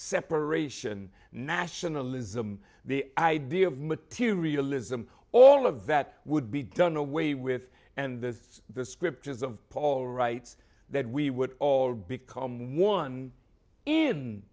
separation nationalism the idea of materialism all of that would be done away with and this the scriptures of paul writes that we would all become one in